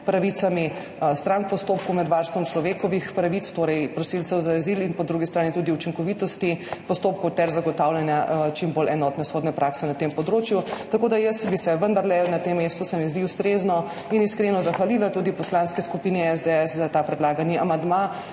pravicami strank v postopku med varstvom človekovih pravic, torej prosilcev za azil, in po drugi strani tudi učinkovitostjo postopkov ter zagotavljanjem čim bolj enotne sodne prakse na tem področju. Tako da bi se vendarle na tem mestu, se mi zdi ustrezno in iskreno, zahvalila tudi Poslanski skupini SDS za ta predlagani amandma,